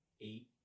eight